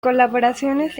colaboraciones